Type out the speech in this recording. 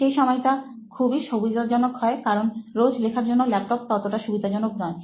সেই সময় তা খুবই সুবিধাজনক হয়কিন্তু রোজ লেখার জন্য ল্যাপটপ ততটা সুবিধাজনক নয়